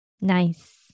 Nice